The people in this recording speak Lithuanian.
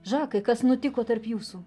žakai kas nutiko tarp jūsų